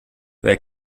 their